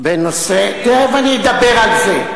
תיכף אני אדבר על זה.